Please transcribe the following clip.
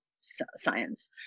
science